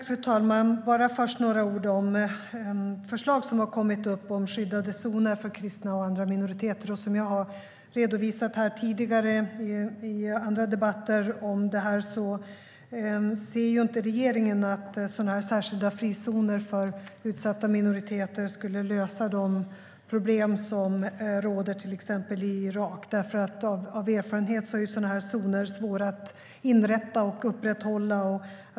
Fru talman! Först några ord om förslag som har kommit upp om skyddade zoner för kristna och andra minoriteter. Som jag har redovisat här i andra debatter om detta ser inte regeringen att särskilda frizoner för utsatta minoriteter skulle lösa de problem som råder till exempel i Irak. Av erfarenhet vet vi att sådana zoner är svåra att inrätta och att upprätthålla.